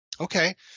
Okay